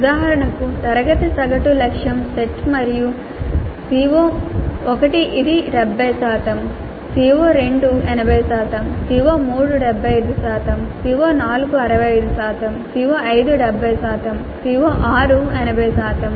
ఉదాహరణకు తరగతి సగటు లక్ష్యం సెట్ మరియు CO1 ఇది 70 శాతం CO2 80 శాతం CO3 75 శాతం CO4 65 శాతం CO5 70 శాతం CO6 80 శాతం